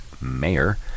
mayor